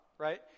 right